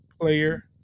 player